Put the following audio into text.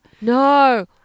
No